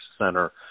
Center